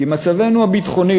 כי מצבנו הביטחוני,